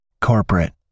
corporate